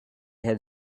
had